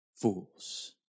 fools